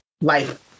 life